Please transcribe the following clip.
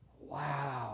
Wow